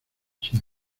sin